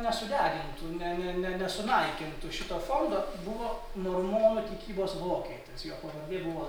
nesudegintų ne ne ne nesunaikintų šito fondo buvo mormonų tikybos vokietis jo pavardė buvo